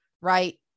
right